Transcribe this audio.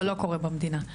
לא קורה במדינה.